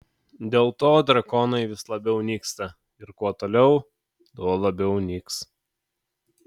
dėl to drakonai vis labiau nyksta ir kuo toliau tuo labiau nyks